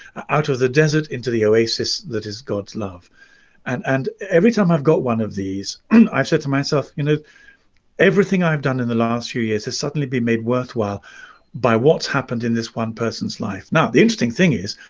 out of the desert into the oasis that is god's love and every time i've got one of these and i've said to myself you know everything i've done in the last few years has suddenly been made worthwhile by what's happened in this one person's life now the interesting thing is